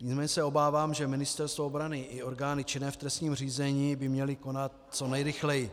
Nicméně se obávám, že Ministerstvo obrany i orgány činné v trestním řízení by měly konat co nejrychleji.